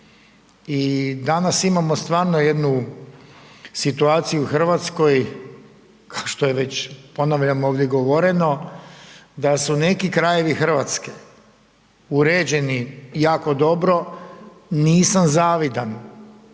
i danas imamo stvarno jednu situaciju u Hrvatskoj a što je ponavljam ovdje govoreno, da su neki krajevi Hrvatske uređeni jako dobro, nisam zavidan,